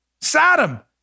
Saddam